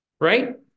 right